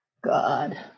God